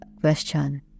question